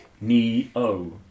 Neo